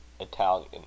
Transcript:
Italian